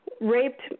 Raped